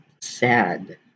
sad